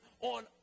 on